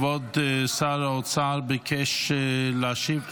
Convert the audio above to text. כבוד שר האוצר ביקש להשיב.